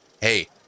hey